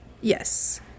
Yes